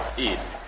easy.